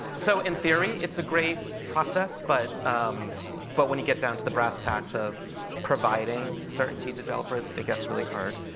so in theory, it's a great process, but um but when you get down to the brass tacks of providing certainty to developers, it gets really hard.